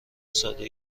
ساده